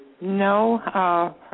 No